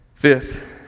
Fifth